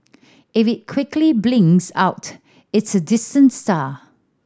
if it quickly blinks out it's a distant star